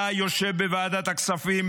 אתה יושב בוועדת הכספים,